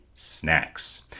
snacks